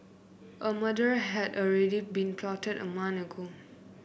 a murder had already been plotted a month ago